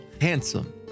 handsome